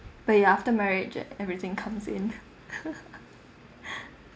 but if after marriage everything comes in